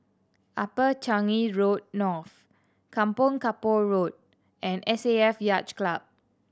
Upper Changi Road North Kampong Kapor Road and S A F Yacht Club